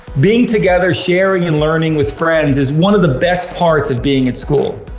being together, sharing and learning with friends is one of the best parts of being at school.